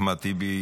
אחמד טיבי,